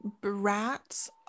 Brats